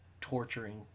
torturing